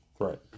Right